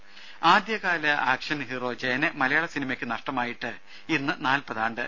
രുര ആദ്യകാല action hero ജയനെ മലയാള സിനിമയ്ക്ക് നഷ്ടമായിട്ട് ഇന്ന് നാൽപ്പതാണ്ട്